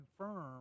confirm